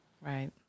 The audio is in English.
Right